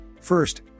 First